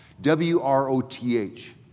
W-R-O-T-H